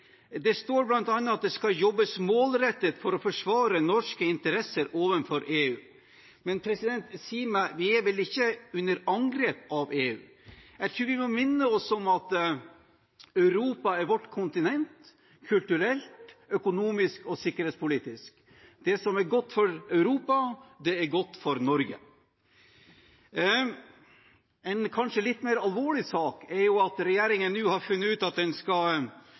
Det står bl.a. at det skal jobbes målrettet for å forsvare norske interesser overfor EU. Men si meg: Vi er vel ikke under angrep fra EU? Jeg tror vi må minne oss om at Europa er vårt kontinent – kulturelt, økonomisk og sikkerhetspolitisk. Det som er godt for Europa, er godt for Norge. En kanskje litt mer alvorlig sak er at regjeringen nå har funnet ut at den skal